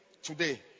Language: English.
Today